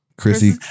Chrissy